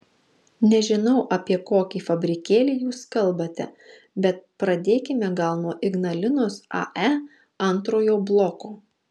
nežinau apie kokį fabrikėlį jūs kalbate bet pradėkime gal nuo ignalinos ae antrojo bloko